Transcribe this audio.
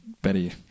Betty